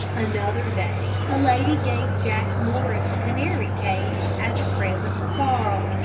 another day, a lady gave jack morris a canary cage as a present for carl.